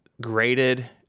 graded